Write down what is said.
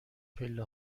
پله